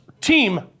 team